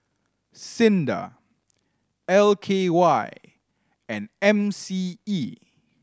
SINDA L K Y and M C E